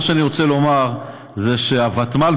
מה שאני רוצה לומר זה שהוותמ"ל,